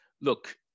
look